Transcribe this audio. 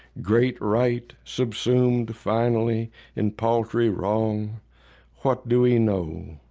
great right subsumed finally in paltry wrong what do we know?